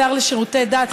השר לשירותי דת,